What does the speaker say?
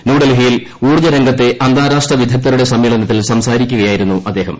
ന്യൂഡൽഹിയിൽ ഊർജ്ജരംഗത്തെ അന്താരാഷ്ട്ര വിദഗ്ധരുടെ സമ്മേളനത്തിൽ സംസാരിക്കുകയായിരുന്നു അദ്ദേഹം